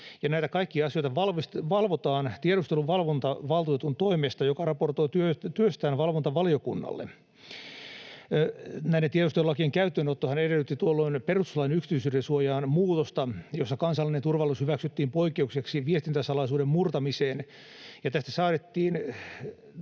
näitä kaikkia asioita valvotaan tiedusteluvalvontavaltuutetun toimesta, joka raportoi työstään valvontavaliokunnalle. Näiden tiedustelulakien käyttöönottohan edellytti tuolloin perustuslain yksityisyydensuojaan muutosta, jossa kansallinen turvallisuus hyväksyttiin poikkeukseksi viestintäsalaisuuden murtamiseen, ja tästä